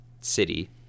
city